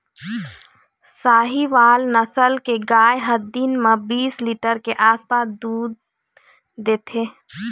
साहीवाल नसल के गाय ह दिन म बीस लीटर के आसपास दूद देथे